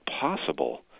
possible